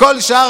בכל השאר,